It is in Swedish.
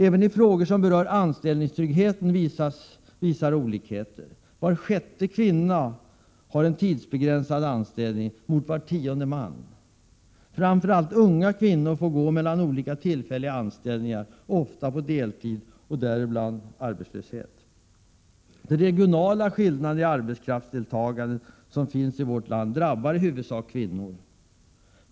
Även frågor som berör anställningstryggheten visar olikheter. Var sjätte kvinna har en tidsbegränsad anställning mot var tionde man. Framför allt unga kvinnor får gå mellan olika tillfälliga anställningar, ofta på deltid, och däremellan vara arbetslösa. De regionala skillnaderna i arbetskraftsdeltagande som finns i vårt land drabbar i huvudsak kvinnorna.